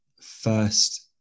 first